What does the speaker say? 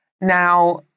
Now